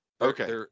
okay